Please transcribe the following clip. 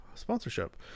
sponsorship